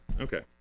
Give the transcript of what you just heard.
Okay